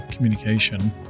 communication